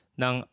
ng